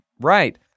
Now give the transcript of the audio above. Right